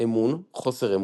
אמון-חוסר אמון,